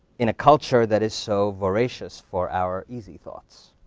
in a culture that is so voracious for our easy thoughts?